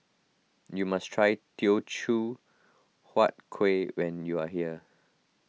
you must try Teochew Huat Kueh when you are here